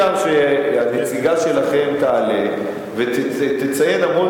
אי-אפשר שהנציגה שלכם תעלה ותציין המון